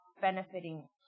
benefiting